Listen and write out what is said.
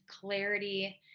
clarity